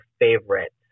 favorite